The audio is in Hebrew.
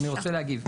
אני רוצה להגיב.